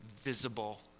visible